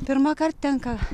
pirmąkart tenka